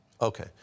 Okay